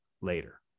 later